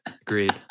Agreed